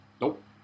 Nope